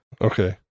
okay